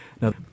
Now